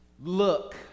Look